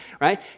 right